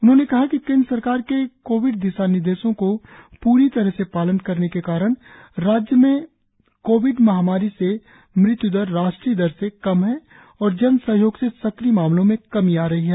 उन्होंने कहा कि केंद्र सरकार के कोविड दिशा निर्देशों का पूर तरह से पालन करने के कारण राज्य में कोविड बीमारी से मृत्य्दर राष्ट्रीय दर से कम है और जनसहयोग से सक्रिय मामलों में कमी कमी आ रही है